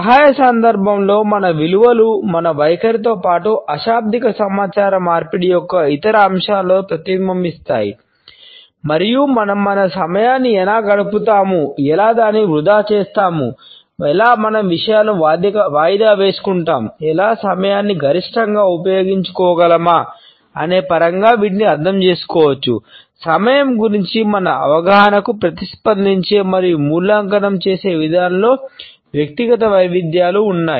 సమయ సందర్భంలో మన విలువలు మన వైఖరితో పాటు అశాబ్దిక చేసే విధానంలో వ్యక్తిగత వైవిధ్యాలు ఉన్నాయి